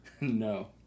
No